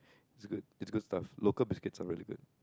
it's good it's good stuff local biscuits are really good